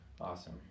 awesome